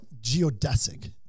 geodesic